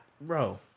bro